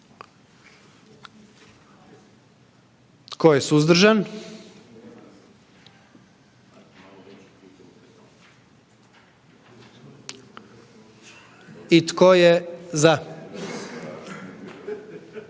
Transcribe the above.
Tko je suzdržan? I tko je